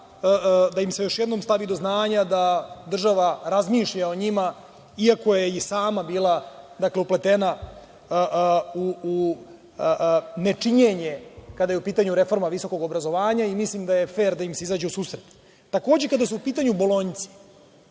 da im se još jednom stavi do znanja da država razmišlja o njima iako je i sama bila dakle, upletena u nečinjenje kada je u pitanju reforma visokog obrazovanja. Mislim da je fer da im se izađe u susret. Takođe, kada su u pitanju bolonjci,